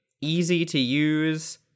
easy-to-use